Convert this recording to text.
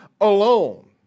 alone